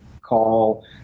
call